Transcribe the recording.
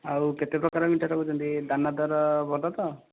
ଆଉ କେତେ ପ୍ରକାର ମିଠା ରଖୁଛନ୍ତି ଦାନାଦାର ଭଲ ତ